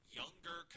younger